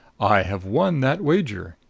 i have won that wager.